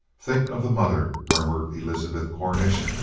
think of the mother, murmured elizabeth cornish.